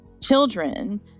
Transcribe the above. children